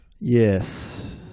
Yes